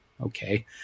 okay